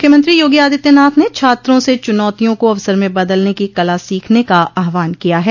मुख्यमंत्री योगी आदित्यनाथ ने छात्रों से चुनौतियों को अवसर में बदलने की कला सीखने का आहवान किया है